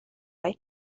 های